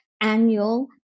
annual